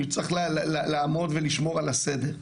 צריך לעמוד ולשמור על הסדר.